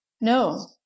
No